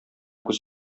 күз